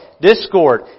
discord